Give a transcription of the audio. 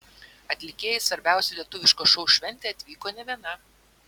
atlikėja į svarbiausią lietuviško šou šventę atvyko ne viena